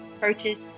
purchase